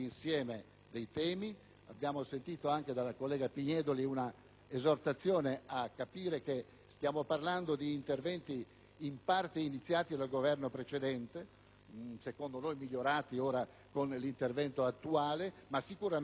Abbiamo sentito anche dalla collega Pignedoli un'esortazione a capire che stiamo parlando di misure in parte iniziate dal Governo precedente (secondo noi migliorate con l'intervento attuale, ma sicuramente da condividere)